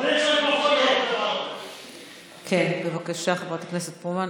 הפלסטיני, בבקשה, חברת הכנסת פרומן.